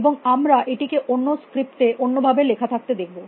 এবং আমরা এটিকে অন্য স্ক্রিপ্ট এ অন্য ভাবে লেখা থাকতে দেখব